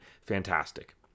Fantastic